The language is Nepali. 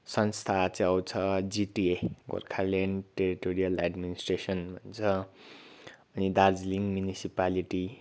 संस्था चाहिँ आउँछ जिटिए गोर्खाल्यान्ड टेरिटोरियल एड्मिनिस्ट्रेसन् भन्छ अनि दार्जिलिङ म्युनिसिपालिटी